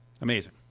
Amazing